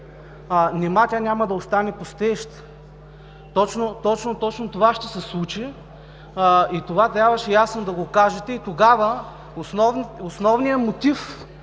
Нима тя няма да остане пустееща?! Точно това ще се случи и трябваше ясно да го кажете, и тогава основният мотив